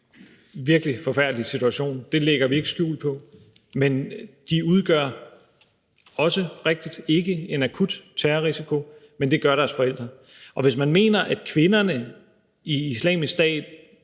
virkelig forfærdelig situation, det lægger vi ikke skjul på, og de udgør ganske rigtigt ikke en akut terrorrisiko, men det gør deres forældre. Og hvis man mener, at kvinderne i Islamisk Stat